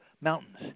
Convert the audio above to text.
mountains